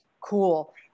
Cool